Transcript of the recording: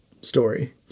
story